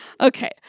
Okay